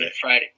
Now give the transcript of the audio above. Friday